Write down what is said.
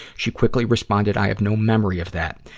she quickly responded, i have no memory of that.